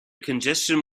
congestion